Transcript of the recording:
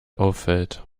auffällt